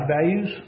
values